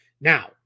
Now